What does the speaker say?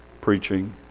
preaching